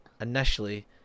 initially